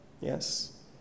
Yes